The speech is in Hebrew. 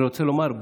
אני רוצה לומר,